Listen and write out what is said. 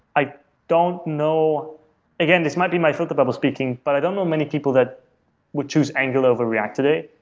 i don't know again, this might be my filter bubble speaking, but i don't know many people that would choose angular over react today,